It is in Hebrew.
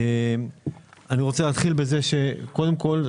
קודם כל,